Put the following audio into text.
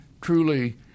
truly